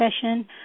session